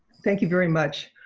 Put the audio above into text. thank you very muc,